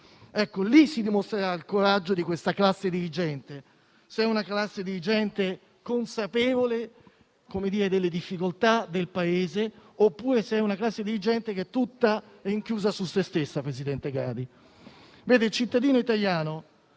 Lì si dimostrerà il coraggio di questa classe dirigente: se è una classe dirigente consapevole delle difficoltà del Paese oppure se è una classe dirigente tutta rinchiusa su se stessa. Il cittadino